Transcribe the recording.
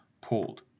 pulled